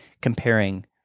comparing